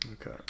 Okay